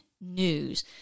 news